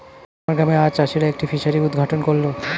আমার গ্রামে আজ চাষিরা একটি ফিসারি উদ্ঘাটন করল